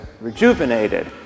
rejuvenated